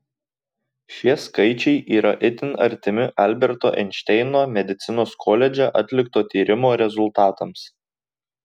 šie skaičiai yra itin artimi alberto einšteino medicinos koledže atlikto tyrimo rezultatams